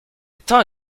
temps